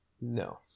No